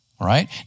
right